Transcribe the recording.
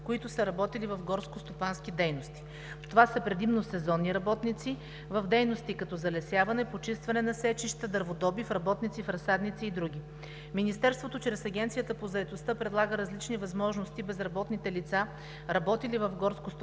които са работили в горскостопански дейности. Това са предимно сезонни работници в дейности като залесяване, почистване на сечища, дърводобив, работници в разсадници и други. Министерството чрез Агенцията по заетостта предлага различни възможности безработните лица, работили в горскостопански